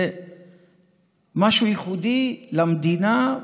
זה משהו ייחודי למדינה,